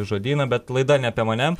žodyno bet laida ne apie mane